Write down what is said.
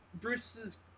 Bruce's